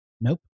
Nope